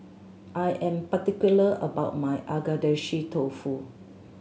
I am particular about my Agedashi Dofu